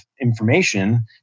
information